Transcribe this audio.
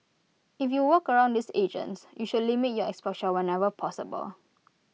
if you work around these agents you should limit your exposure whenever possible